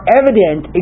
evident